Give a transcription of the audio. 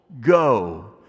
go